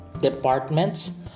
departments